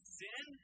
sin